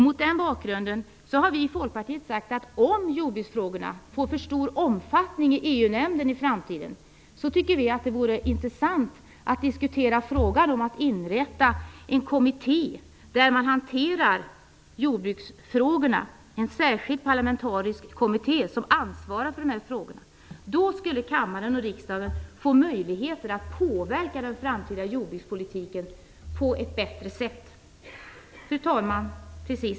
Mot den bakgrunden har vi i Folkpartiet sagt att om jordbruksfrågorna får för stor omfattning i EU nämnden i framtiden tycker vi att det vore intressant att diskutera frågan om att inrätta en särskild parlamentarisk kommitté som ansvarar för jordbruksfrågorna. Då skulle kammaren och riksdagen få möjligheter att påverka den framtida jordbrukspolitiken på ett bättre sätt. Fru talman!